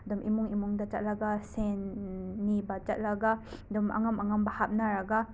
ꯑꯗꯨꯝ ꯏꯃꯨꯡ ꯏꯃꯨꯡꯗ ꯆꯠꯂꯒ ꯁꯦꯟ ꯅꯤꯕ ꯆꯠꯂꯒ ꯑꯗꯨꯝ ꯑꯉꯝ ꯑꯉꯝꯕ ꯍꯥꯞꯅꯔꯒ